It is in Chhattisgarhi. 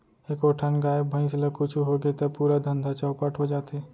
एको ठन गाय, भईंस ल कुछु होगे त पूरा धंधा चैपट हो जाथे